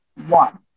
One